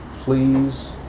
Please